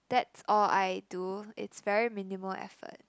that's all I do it's very minimal effort